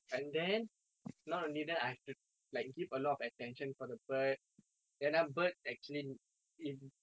and then not only that I have to like give a lot of attention for the bird and ah birds actually